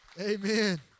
Amen